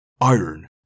iron